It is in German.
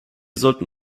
sollten